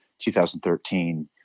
2013